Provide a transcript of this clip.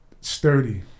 Sturdy